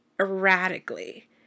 erratically